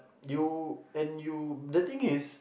you and you the thing is